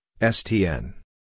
STN